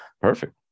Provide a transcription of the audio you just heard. Perfect